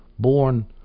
born